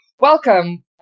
welcome